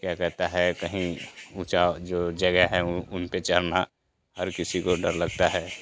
क्या कहता है कहीं ऊँचा जो जगे है वो उन पर चढ़ना हर किसी को डर लगता है